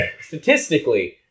Statistically